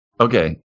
Okay